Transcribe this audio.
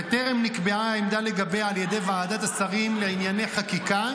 וטרם נקבעה עמדה לגביה על ידי ועדת השרים לענייני חקיקה,